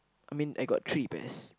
I mean I got three bears